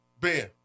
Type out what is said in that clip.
Ben